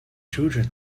children